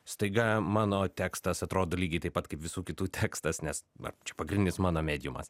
staiga mano tekstas atrodo lygiai taip pat kaip visų kitų tekstas nes na čia pagrindinis mano mediumas